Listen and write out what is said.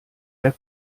der